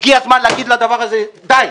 הגיע הזמן להגיד לדבר הזה די,